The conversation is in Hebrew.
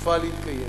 סופה להתקיים.